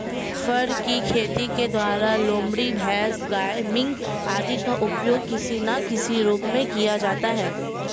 फर की खेती के द्वारा लोमड़ी, भैंस, गाय, मिंक आदि का उपयोग किसी ना किसी रूप में किया जाता है